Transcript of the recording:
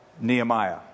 Nehemiah